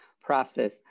process